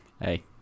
hey